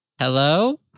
Hello